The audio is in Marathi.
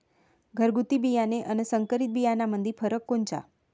घरगुती बियाणे अन संकरीत बियाणामंदी फरक कोनचा?